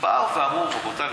באו ואמרו: רבותי,